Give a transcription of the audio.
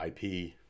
IP